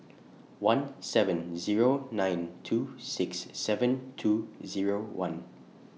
one seven Zero nine two six seven two Zero one